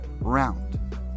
round